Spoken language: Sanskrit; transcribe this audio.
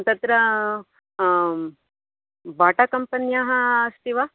तत्र बाटाकम्पन्याः अस्ति वा